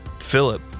Philip